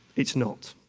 it's not.